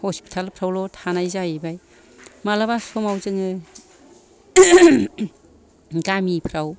hospital फ्रावल' थानाय जाहैबाय माब्लाबा समाव जोङो गामिफ्राव